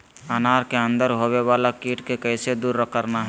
अनार के अंदर होवे वाला कीट के कैसे दूर करना है?